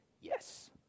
Yes